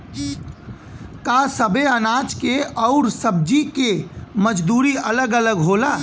का सबे अनाज के अउर सब्ज़ी के मजदूरी अलग अलग होला?